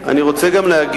עכשיו, אני רוצה גם להגיד,